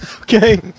Okay